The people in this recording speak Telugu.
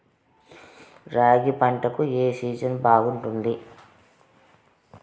రాగి పంటకు, ఏ సీజన్ బాగుంటుంది?